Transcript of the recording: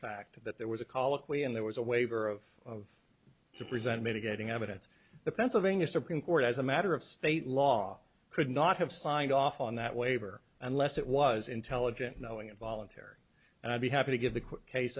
fact that there was a colloquy and there was a waiver of to present mitigating evidence the pennsylvania supreme court as a matter of state law could not have signed off on that waiver unless it was intelligent knowing it voluntary and i'd be happy to give the court case